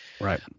Right